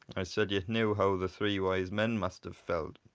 i said you knew how the three wise men must have felt.